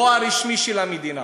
לא הרשמי של המדינה,